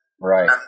Right